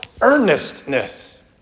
earnestness